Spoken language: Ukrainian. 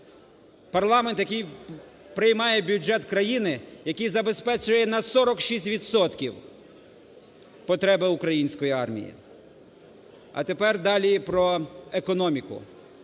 парламент? Парламент, який приймає бюджет країни, який забезпечує на 46 відсотків потреби української армії. А тепер далі про економіку.